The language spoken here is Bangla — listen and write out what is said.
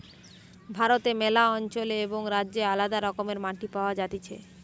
ভারতে ম্যালা অঞ্চলে এবং রাজ্যে আলদা রকমের মাটি পাওয়া যাতিছে